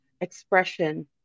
expression